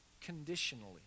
Conditionally